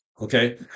okay